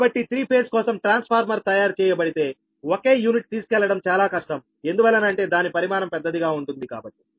కాబట్టి three phase కోసం transformer తయారు చేయబడితే ఒకే యూనిట్ తీసుకెళ్లడం చాలా కష్టం ఎందువలన అంటే దాని పరిమాణం పెద్దదిగా ఉంటుంది కాబట్టి